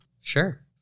Sure